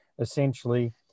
essentially